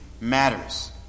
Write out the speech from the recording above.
matters